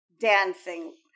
dancing